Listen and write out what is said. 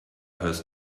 hörst